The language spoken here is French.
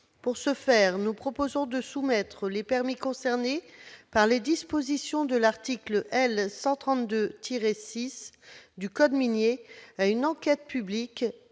Pour ce faire, nous proposons de soumettre les permis concernés par les dispositions de l'article L. 132-6 du code minier à une enquête publique